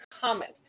comment